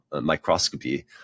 microscopy